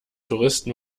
touristen